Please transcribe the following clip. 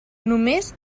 només